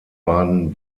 baden